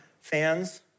fans